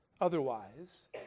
Otherwise